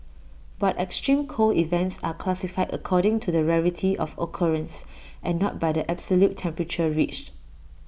but extreme cold events are classified according to the rarity of occurrence and not by the absolute temperature reached